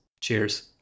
Cheers